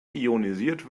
ionisiert